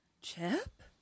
Chip